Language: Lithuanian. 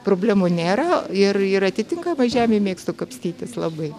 problemų nėra ir ir atitinkamai žemėj mėgstu kapstytis labai